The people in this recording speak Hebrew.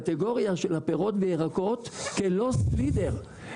בקטגוריה של הפירות והירקות כ- "lost leader" .